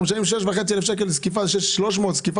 אנחנו משלמים 6,500 שקלים זקיפת הטבה.